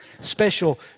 special